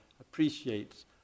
appreciates